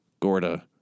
Gorda